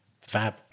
fab